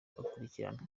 agakurikiranwa